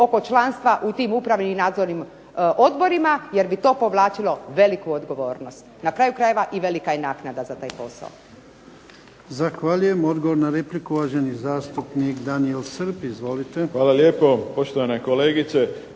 oko članstva u tim upravnim i nadzornim odborima, jer bi to povlačilo veliku odgovornost. Na kraju krajeva i velika je naknada za taj posao.